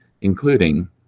including